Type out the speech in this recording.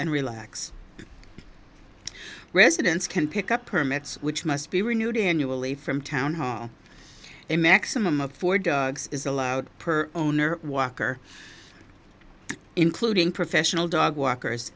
and relax residents can pick up permits which must be renewed in you away from town hall a maximum of four dogs is allowed per owner walker including professional dog walkers